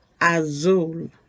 Azul